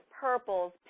purples